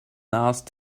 asked